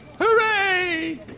Hooray